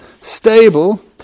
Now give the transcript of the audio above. stable